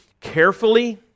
carefully